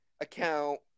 account